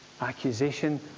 Accusation